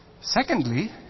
Secondly